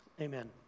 amen